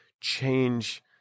change